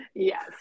Yes